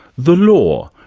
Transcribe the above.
the law,